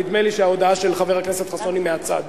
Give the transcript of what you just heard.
נדמה לי שההודעה של חבר הכנסת חסון היא מהצד.